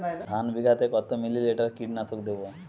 ধানে বিঘাতে কত মিলি লিটার কীটনাশক দেবো?